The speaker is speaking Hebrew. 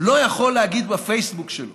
לא יכול להגיד בפייסבוק שלו